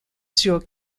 sur